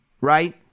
right